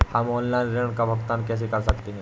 हम ऑनलाइन ऋण का भुगतान कैसे कर सकते हैं?